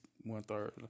one-third